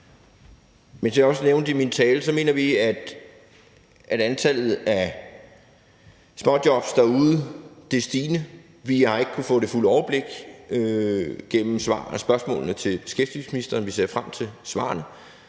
(V): Som jeg også nævnte i min tale, mener vi, at antallet af småjobs derude er stigende. Vi har ikke kunnet få det fulde overblik gennem spørgsmålene til beskæftigelsesministeren, vi ser frem til svarene.